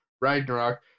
Ragnarok